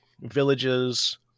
villages